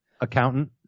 Accountant